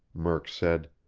murk said.